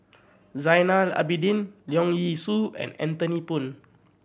Zainal Abidin Leong Yee Soo and Anthony Poon